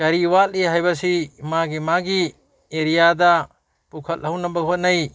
ꯀꯔꯤ ꯋꯥꯠꯂꯤ ꯍꯥꯏꯕꯁꯤ ꯃꯥꯒꯤ ꯃꯥꯒꯤ ꯑꯦꯔꯤꯌꯥꯗ ꯄꯨꯈꯠꯍꯧꯅꯕ ꯍꯣꯠꯅꯩ